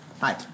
Hi